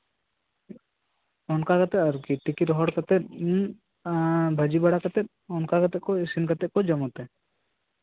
ᱚᱱᱠᱟ ᱠᱟᱛᱮᱜ ᱟᱨᱠᱤ ᱛᱤᱠᱤ ᱨᱚᱦᱚᱲ ᱠᱟᱛᱮᱜ ᱵᱷᱟᱹᱡᱤ ᱵᱟᱲᱟ ᱠᱟᱛᱮᱜ ᱚᱱᱠᱟ ᱠᱟᱛᱮᱜ ᱤᱥᱤᱱ ᱵᱟᱲᱟ ᱠᱟᱛᱮᱜ ᱡᱚᱢ ᱟᱠᱚ